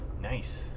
Nice